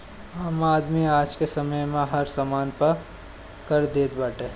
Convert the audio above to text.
आम आदमी आजके समय में हर समान पे कर देत बाटे